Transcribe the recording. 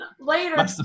later